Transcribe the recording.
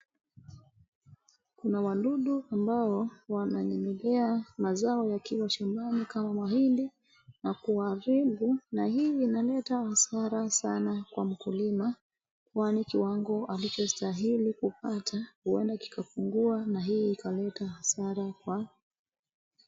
Kuna wadudu ambao wananyemelea mazao yakiwa shambani kama mahindi na kuharibu na hii inaleta hasara sana kwa mkulima kwani kiwango alichostahili kupata huenda kikapungua na hii ikaleta hasara kwa.